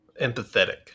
empathetic